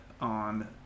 on